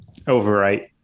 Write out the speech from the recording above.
overwrite